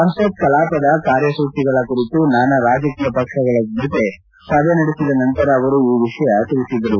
ಸಂಸತ್ ಕಲಾಪದ ಕಾರ್ಯಸೂಚಿಗಳ ಕುರಿತು ನಾನಾ ರಾಜಕೀಯ ಪಕ್ಷಗಳ ಜತೆ ಸಭೆ ನಡೆಸಿದ ನಂತರ ಅವರು ಈ ವಿಷಯ ತಿಳಿಸಿದರು